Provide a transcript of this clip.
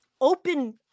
open